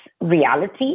reality